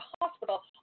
hospital